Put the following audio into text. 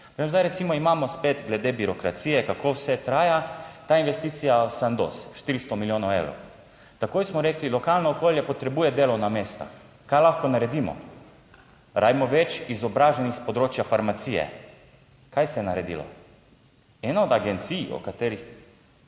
Zdaj recimo imamo spet glede birokracije, kako vse traja, ta investicija v Sandoz, 400 milijonov evrov. Takoj smo rekli, lokalno okolje potrebuje delovna mesta. Kaj lahko naredimo? Rabimo več izobraženih s področja farmacije. Kaj se je naredilo? Ena od agencij, v katerih,